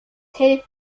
hält